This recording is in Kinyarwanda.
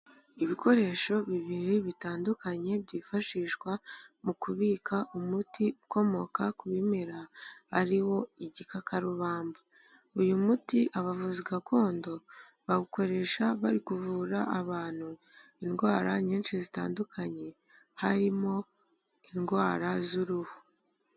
Ibikoresho bibiri bitandukanye byifashishwa mu kubika umuti ukomoka ku bimera ari wo igikakarubamba. Uyu muti abavuzi gakondo bawukoresha bari kuvura abantu indwara nyinshi zitandukanye, harimo indwara z'uruhu.